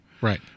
Right